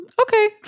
okay